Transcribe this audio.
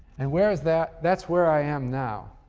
and where is that? that's where i am now.